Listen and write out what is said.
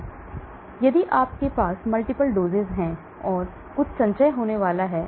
इसलिए यदि आपके पास multiple doses हैं तो कुछ संचय होने वाला है